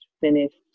finished